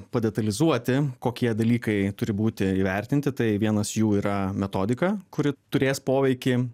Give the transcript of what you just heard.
padetalizuoti kokie dalykai turi būti įvertinti tai vienas jų yra metodika kuri turės poveikį